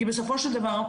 כי בסופו של דבר,